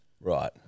Right